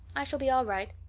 i shall be all right.